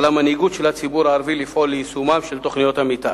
על המנהיגות של הציבור הערבי לפעול ליישומן של תוכניות המיתאר.